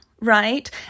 right